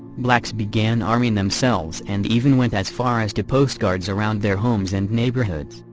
blacks began arming themselves and even went as far as to post guards around their homes and neighborhoods.